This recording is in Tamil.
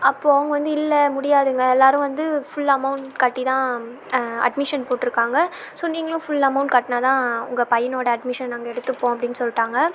அப்போ அவங்க வந்து இல்லை முடியாதுங்க எல்லோரும் வந்து ஃபுல் அமௌண்ட் கட்டிதான் அட்மிஷன் போட்டுருக்காங்க ஸோ நீங்களும் ஃபுல் அமௌண்ட் கட்டினாதான் உங்கள் பையனோட அட்மிஷன் நாங்கள் எடுத்துப்போம் அப்படினு சொல்லிட்டாங்க